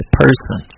person